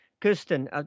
Kirsten